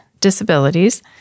disabilities